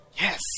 yes